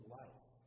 life